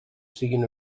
siguen